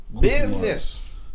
Business